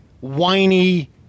whiny